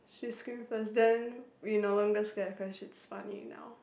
she screams first then we'll no longer scare cause she is funny enough